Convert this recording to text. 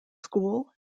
school